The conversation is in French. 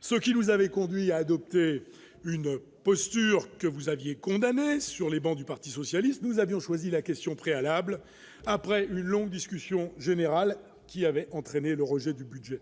ce qui nous avaient conduits à adopter une posture que vous aviez condamné sur les bancs du Parti socialiste, nous avions choisi la question préalable, après une longue discussion générale qui avait entraîné le rejet du budget